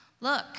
look